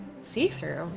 See-through